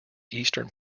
eastern